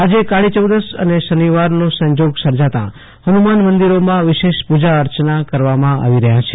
આજે કાળી ચૌદશ અને શનિવારનો સંયોગ સર્જાતા હનુમાન મદિરોમાં વિશેષ પુજા અર્ચના કરવામાં આવી રહ્યા છે